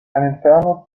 inferno